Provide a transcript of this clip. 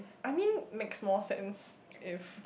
I mean makes more sense if